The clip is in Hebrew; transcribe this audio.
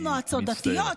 למועצות דתיות,